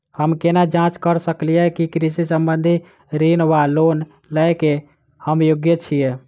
हम केना जाँच करऽ सकलिये की कृषि संबंधी ऋण वा लोन लय केँ हम योग्य छीयै?